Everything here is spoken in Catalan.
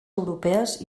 europees